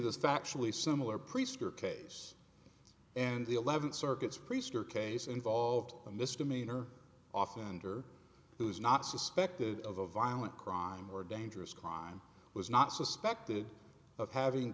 this factually similar priester case and the eleventh circuits priester case involved a misdemeanor often wonder who's not suspected of a violent crime or dangerous crime was not suspected of having